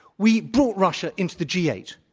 we brought russia into the g eight.